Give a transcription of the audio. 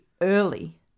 early